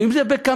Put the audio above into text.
אם זה בקמפיין.